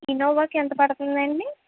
Innova కి ఎంత పడుతుందండి